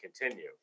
continue